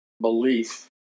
belief